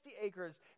acres